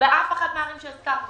באף אחת מן הערים שהזכרתי,